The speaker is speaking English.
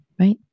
Right